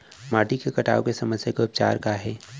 माटी के कटाव के समस्या के उपचार काय हे?